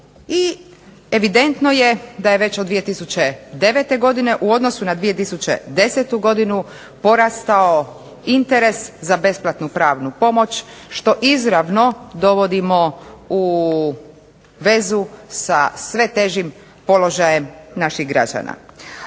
i evidentno je da je već od 2009. godine u odnosu na 2010. godinu porastao interes za besplatnu pravnu pomoć, što izravno dovodimo u vezu sa sve težim položajem naših građana.